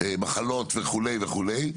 מחלות וכו' וכו'.